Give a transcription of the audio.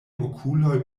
okuloj